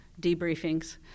debriefings